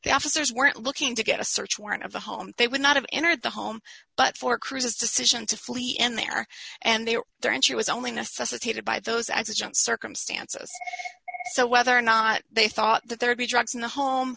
the officers weren't looking to get a search warrant of the home they would not have entered the home but for cruise's decision to flee in there and they were there and she was only necessitated by those accident circumstances so whether or not they thought that there would be drugs in the home